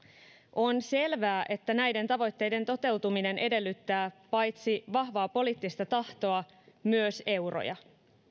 on selvää että näiden tavoitteiden toteutuminen edellyttää paitsi vahvaa poliittista tahtoa myös euroja